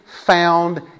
found